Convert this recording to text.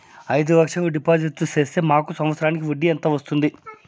అయిదు లక్షలు డిపాజిట్లు సేస్తే మాకు సంవత్సరానికి వడ్డీ ఎంత వస్తుంది?